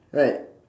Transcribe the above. right